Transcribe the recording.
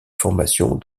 formations